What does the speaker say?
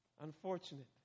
Unfortunate